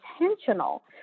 intentional